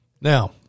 Now